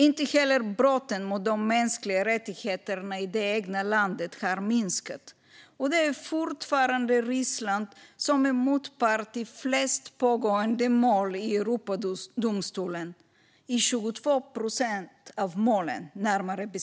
Inte heller brotten mot de mänskliga rättigheterna i det egna landet har minskat, och det är fortfarande Ryssland som är motpart i flest pågående mål i Europadomstolen - närmare bestämt i 22 procent av målen.